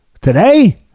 Today